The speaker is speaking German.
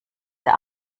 der